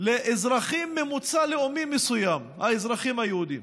לאזרחים ממוצא לאומי מסוים, האזרחים היהודים?